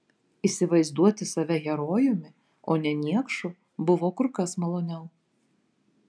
įsivaizduoti save herojumi o ne niekšu buvo kur kas maloniau